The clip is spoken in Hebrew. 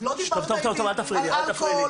לא דיברת על אלכוהול,